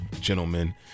gentlemen